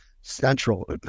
central